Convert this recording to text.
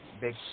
big